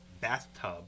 bathtub